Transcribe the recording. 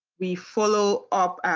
we follow um